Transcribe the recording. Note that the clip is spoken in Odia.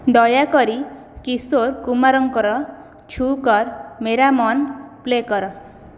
ଦୟାକରି କିଶୋର କୁମାରଙ୍କର ଛୁ କର୍ ମେରା ମନ୍ ପ୍ଲେ କର